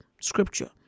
scripture